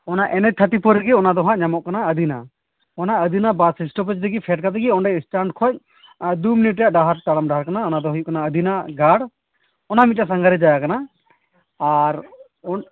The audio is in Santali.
ᱚᱱᱟ ᱮᱱ ᱮᱭᱤᱪ ᱛᱷᱟᱴᱴᱤ ᱯᱷᱳᱨ ᱨᱮᱜᱮ ᱚᱱᱟ ᱫᱚ ᱦᱟᱸᱜ ᱧᱟᱢᱚᱜ ᱠᱟᱱᱟ ᱟᱫᱤᱱᱟ ᱚᱱᱟ ᱟᱫᱤᱱᱟ ᱵᱟᱥ ᱮᱥᱴᱳᱯᱮᱡᱽ ᱨᱮᱜᱮ ᱯᱷᱮᱰ ᱠᱟᱛᱮᱫ ᱜᱮ ᱚᱸᱰᱮ ᱥᱴᱮᱱᱰ ᱠᱷᱚᱱ ᱫᱩ ᱢᱤᱱᱤᱴ ᱨᱮᱭᱟᱜ ᱰᱟᱦᱟᱨ ᱛᱟᱲᱟᱢ ᱰᱟᱦᱟᱨ ᱠᱟᱱᱟ ᱚᱱᱟ ᱫᱚ ᱦᱩᱭᱩᱜ ᱠᱟᱱᱟ ᱟᱫᱤᱱᱟ ᱜᱟᱲ ᱚᱱᱟ ᱢᱤᱫᱴᱮᱱ ᱥᱟᱸᱜᱦᱟᱨᱤᱭᱟᱹ ᱡᱟᱜᱟ ᱠᱟᱱᱟ ᱟᱨ ᱚᱱ